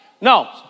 No